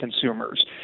consumers